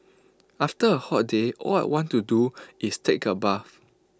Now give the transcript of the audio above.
after A hot day all I want to do is take A bath